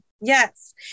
Yes